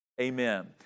Amen